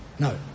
No